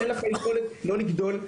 אין לך יכולת לא לגדול,